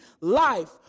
life